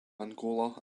angola